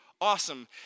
Awesome